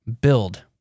build